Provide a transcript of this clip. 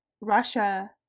Russia